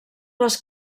les